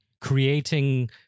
creating